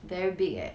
very big leh